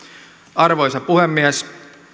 arvoisa puhemies